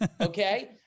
okay